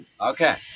Okay